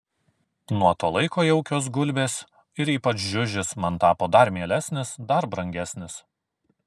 nuo to laiko jaukios gulbės ir ypač žiužis man tapo dar mielesnis dar brangesnis